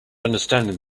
understanding